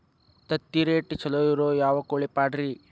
ತತ್ತಿರೇಟ್ ಛಲೋ ಇರೋ ಯಾವ್ ಕೋಳಿ ಪಾಡ್ರೇ?